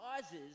causes